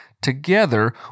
together